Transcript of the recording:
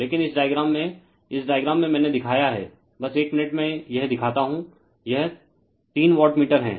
लेकिन इस डायग्राम में इस डायग्राम में मैंने दिखाया है बस एक मिनट में यह दिखाता हू यह तीन वाट मीटर है